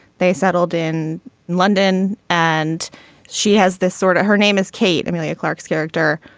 they settled in london and she has this sort of her name is kate emilia clarke's character.